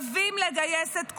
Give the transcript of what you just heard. חייבים לגייס את כולם.